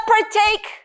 partake